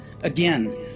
Again